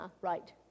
right